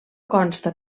consta